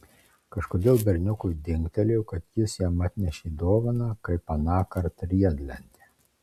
kažkodėl berniukui dingtelėjo kad jis jam atnešė dovaną kaip anąkart riedlentę